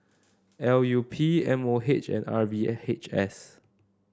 L U P M O H and R V H S